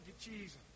Jesus